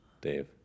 Dave